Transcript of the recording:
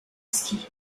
ski